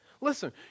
listen